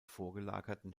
vorgelagerten